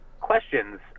questions